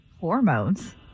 Hormones